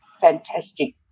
fantastic